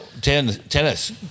Tennis